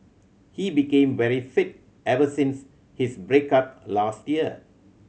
he became very fit ever since his break up last year